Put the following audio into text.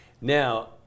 now